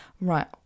right